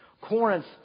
Corinth